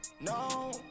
No